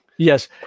Yes